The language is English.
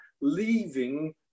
leaving